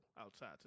outside